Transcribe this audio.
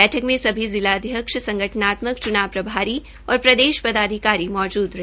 बैठक में सभी जिलाध्यक्ष संगठनात्मक च्नाव प्रणाली और प्रदेश पदाधिकारी मौजूद रहे